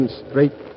straight